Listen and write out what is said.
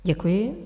Děkuji.